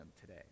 today